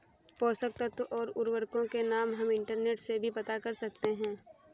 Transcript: पोषक तत्व और उर्वरकों के नाम हम इंटरनेट से भी पता कर सकते हैं